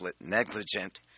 negligent